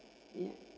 yaah